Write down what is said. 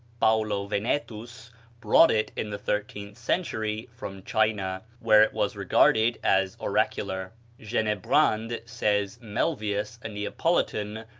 paulo venetus brought it in the thirteenth century from china, where it was regarded as oracular. genebrand says melvius, a neapolitan,